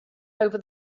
over